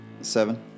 Seven